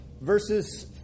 verses